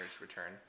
return